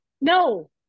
no